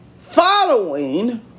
following